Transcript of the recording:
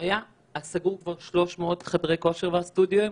סגרו כבר 300 חדרי כושר וסטודיואים,